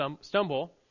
stumble